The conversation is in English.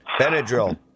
Benadryl